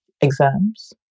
exams